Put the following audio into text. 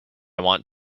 want